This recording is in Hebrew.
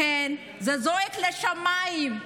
לכן זה זועק לשמיים.